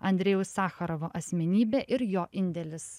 andrejaus sacharovo asmenybė ir jo indėlis